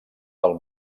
del